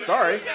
Sorry